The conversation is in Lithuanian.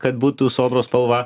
kad būtų sodros spalva